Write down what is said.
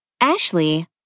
Ashley